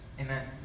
Amen